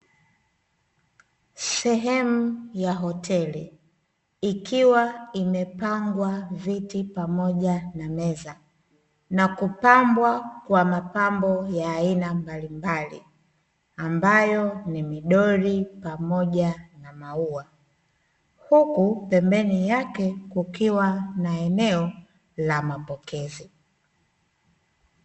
Sehemu ya hoteli ikiwa imepangwa viti, pamoja na meza na kupambwa kwa mapambo ya aina mbalimbali, ambayo ni midoli pamoja na maua. Huku pembeni yake kukiwa na eneo la mapokezi.